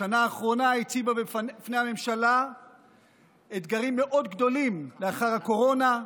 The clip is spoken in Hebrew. השנה האחרונה הציבה בפני הממשלה אתגרים מאוד גדולים לאחר הקורונה,